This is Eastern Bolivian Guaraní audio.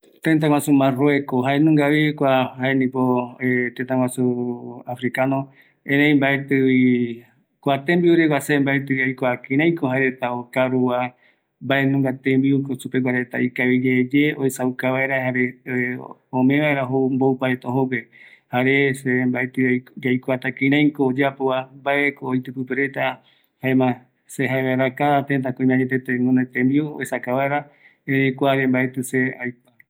Kuareta karroki reta jembiu mbaetɨko aikua mbate, aesavi, jokoropi jaepota, kïraï ko jae reta oesauka tembiu oyeapo jokopegua, oïmeko aipo jare jaereta oikuauka ojo opouvaretape tembiu jetaɨgua